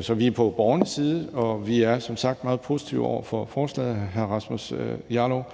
Så vi er på borgernes side, og vi er som sagt meget positive over for forslaget, hr. Rasmus Jarlov,